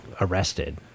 arrested